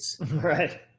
Right